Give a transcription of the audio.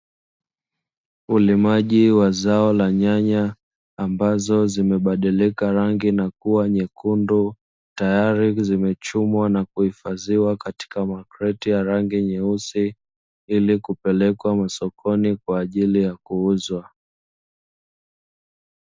Ulimaji wa zao la nyanya ambazo zimebadilika rangi na kua nyekundu. Tayari zimechumwa na kuhifadhiwa katika makreti ya rangi nyeusi, ili kupelekwa masokoni kwa ajili ya kuuzwa.